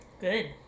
Good